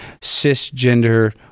cisgender